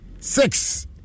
six